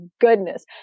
goodness